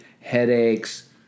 headaches